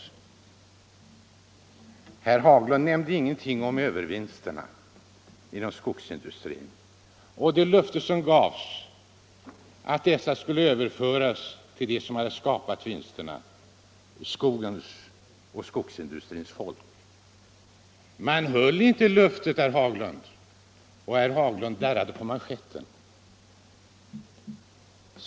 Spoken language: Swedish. Men herr Haglund nämnde ingenting om övervinsterna inom skogsindustrin och om det löfte som givits att dessa vinster skulle överföras till dem som hade skapat vinsterna, nämligen skogens och skogsindustrins folk. Man har inte hållit det löftet, herr Haglund!